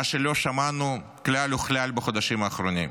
מה שלא שמענו כלל וכלל בחודשים האחרונים.